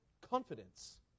confidence